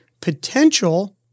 potential